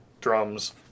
drums